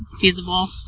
feasible